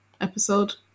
episode